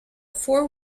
four